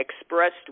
expressed